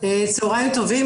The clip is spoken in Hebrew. צהריים טובים.